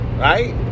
right